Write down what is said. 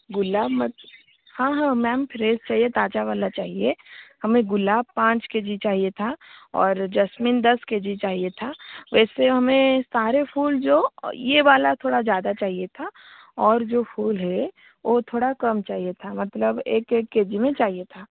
गुलाब मत हाँ हाँ मैम फ्रेस चाहिए ताजा वाला चाहिए हमें गुलाब पाँच के जी चाहिए था और जैसमीन दस के जी चाहिए था वैसे हमें सारे फूल जो यह वाला थोड़ा ज़्यादा चाहिए था ओर जो फूल है वह थोड़ा कम चाहिए था मतलब एक एक के जी में चाहिए था